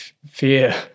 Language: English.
fear